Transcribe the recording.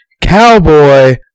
Cowboy